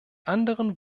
anderen